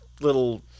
little